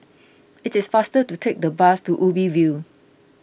it is faster to take the bus to Ubi View